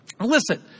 Listen